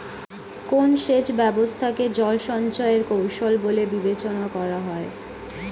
কোন সেচ ব্যবস্থা কে জল সঞ্চয় এর কৌশল বলে বিবেচনা করা হয়?